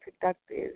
productive